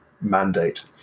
mandate